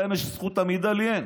להם יש זכות עמידה, לי אין,